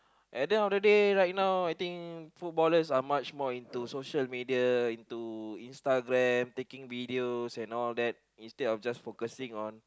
at the end of the day right now I think footballers are much more into social media instagram taking photos and all that instead of just focusing on